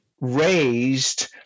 raised